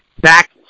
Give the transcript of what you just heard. back